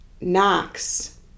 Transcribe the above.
Knox